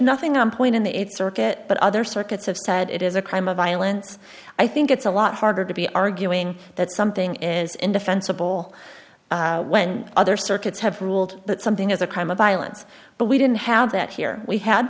nothing on point in the th circuit but other circuits have said it is a crime of violence i think it's a lot harder to be arguing that something is indefensible when other circuits have ruled that something is a crime of violence but we didn't have that here we had